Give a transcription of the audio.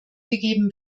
gegeben